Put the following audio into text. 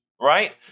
Right